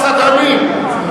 נא להוציא אותו, הסדרנים.